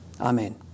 Amen